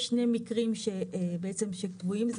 יש שני מקרים שבעצם שקבועים,